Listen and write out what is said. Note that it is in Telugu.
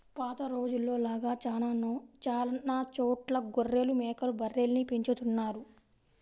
పాత రోజుల్లో లాగా చానా చోట్ల గొర్రెలు, మేకలు, బర్రెల్ని పెంచుతున్నారు